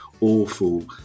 awful